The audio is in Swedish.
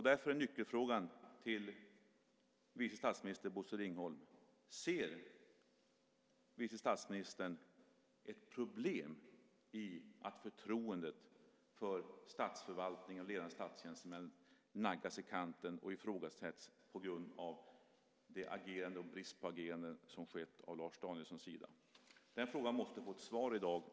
Därför är nyckelfrågan till vice statsminister Bosse Ringholm: Ser vice statsministern ett problem i att förtroendet för statsförvaltningen och ledande statstjänstemän naggas i kanten och ifrågasätts på grund av det agerande och den brist på agerande som skett från Lars Danielssons sida? Den frågan måste få ett svar i dag.